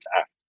act